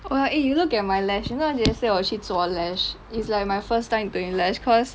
!wah! eh you look at my lash you know yesterday 我去做 lash it's like my first time doing lash cause